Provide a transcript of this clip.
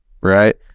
right